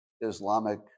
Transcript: Islamic